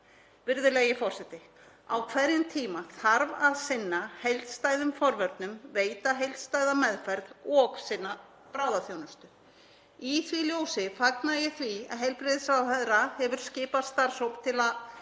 Virðulegi forseti. Á hverjum tíma þarf að sinna heildstæðum forvörnum, veita heildstæða meðferð og sinna bráðaþjónustu. Í því ljósi fagna ég því að heilbrigðisráðherra hefur skipað starfshóp til að